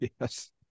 yes